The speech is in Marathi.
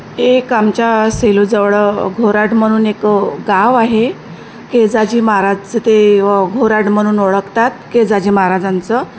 एक आमच्या सेलूजवळ घोराट म्हणून एक गाव आहे केजाजी महाराजाचं ते व घोराट म्हणून ओळखतात केजाजी महाराजांचं